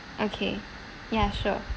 okay ya sure